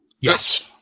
Yes